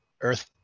earth